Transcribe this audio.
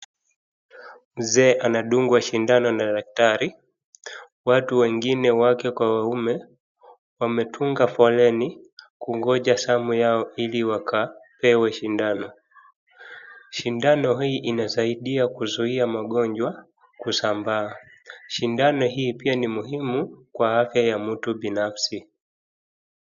Mzee anadungwa sindano na daktari, watu wengine wake kwa waume wametunga foleni kungoja zamu yao ili wakapewe sindano. Sindano hii inasaidia kuzuia magonjwa kusambaa, sindano hii pia ni muhimu kwa afya ya mtu binafsi.